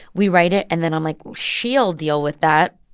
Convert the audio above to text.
we write it, and then i'm like, she'll deal with that.